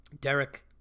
Derek